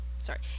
sorry